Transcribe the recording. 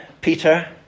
Peter